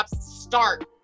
start